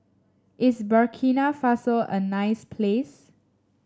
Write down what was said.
is Burkina Faso a nice place